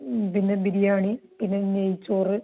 പിന്നെ ബിരിയാണി പിന്നെ നെയ്ച്ചോറ്